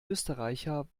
österreicher